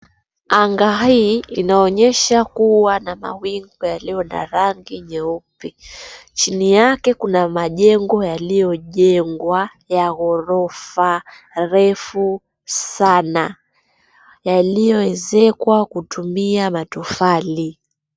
Anga hii inaonyesha kuwa na mawingu yaliyo na rangi nyeupe. Chini yake kuna majengo yaliyojengwa ya ghorofa refu sana, yaliyoezekwa kutumia matofali.